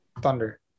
thunder